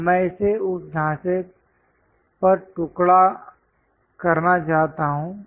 अब मैं इसे उस ढाँचे पर टुकड़ा करना चाहता हूँ